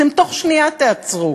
אתם בתוך שנייה תיעצרו.